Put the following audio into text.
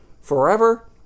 forever